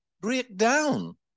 breakdown